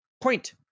Point